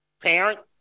Parents